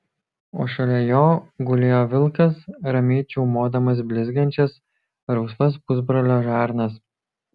o šalia jo gulėjo vilkas ramiai čiaumodamas blizgančias rausvas pusbrolio žarnas